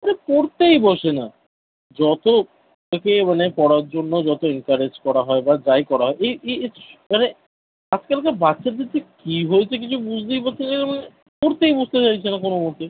আরে পড়তেই বসে না যতো ফোন পেয়ে মানে পড়ার জন্য যতো এনকারেজ করা হয় বা যাই করা হয় এই এই যেস মানে আজকালকার বাচ্চাদের যে কী হয়েছে কিছু বুঝতেই পারছি না মানে পড়তেই বসতে চাইছে না কোনো মতে